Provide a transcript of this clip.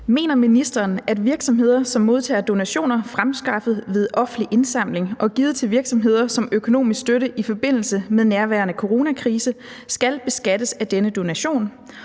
Mener ministeren, at virksomheder, som modtager donationer fremskaffet ved offentlig indsamling og givet til virksomheder som økonomisk støtte i forbindelse med nærværende coronakrise, skal beskattes af denne donation,